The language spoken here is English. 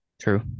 true